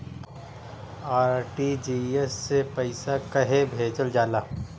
RTGS से पइसा कहे भेजल जाला?